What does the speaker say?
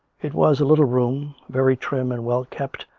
it was a little room, very trim and well kept,